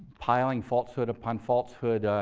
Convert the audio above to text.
piling falsehood upon falsehood,